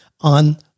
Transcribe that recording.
on